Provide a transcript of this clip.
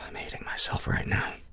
um hating myself right now.